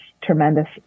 tremendous